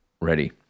ready